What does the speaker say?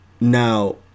now